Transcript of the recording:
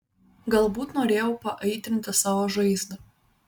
galbūt norėjau paaitrinti savo žaizdą